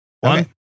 One